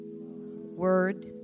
word